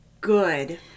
good